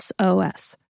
SOS